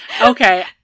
Okay